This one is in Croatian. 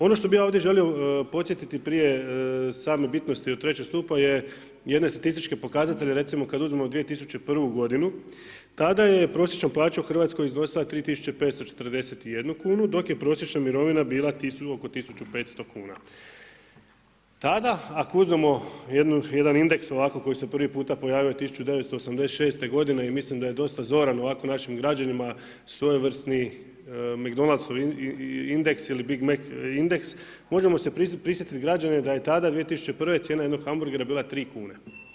Ono što bi ja želio ovdje podsjetiti prije same bitnosti trećeg stupa je jedne statističke pokazatelje recimo kada uzmemo 2001. godinu tada je prosječna plaća u Hrvatskoj iznosila 3541 kunu dok je prosječna mirovina bila oko 1500 kuna. tada ako uzmemo jedan indeks ovako koji se prvi puta pojavio 1986. godine i mislim da je dosta zoran ovako našim građanima svojevrsni … indeks ili Big mac indeks možemo se prisjetiti … da je tada 2001. cijena jednog hamburgera bila tri kune.